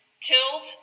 killed